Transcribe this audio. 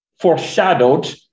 foreshadowed